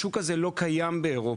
השוק הזה לא קיים באירופה,